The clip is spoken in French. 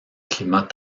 climat